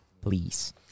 please